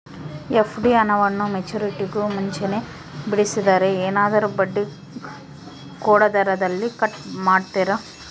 FD ಹಣವನ್ನು ಮೆಚ್ಯೂರಿಟಿಗೂ ಮುಂಚೆನೇ ಬಿಡಿಸಿದರೆ ಏನಾದರೂ ಬಡ್ಡಿ ಕೊಡೋದರಲ್ಲಿ ಕಟ್ ಮಾಡ್ತೇರಾ?